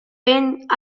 vent